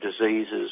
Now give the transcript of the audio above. diseases